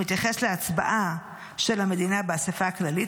המתייחס להצבעה של המדינה באספה הכללית,